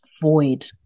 void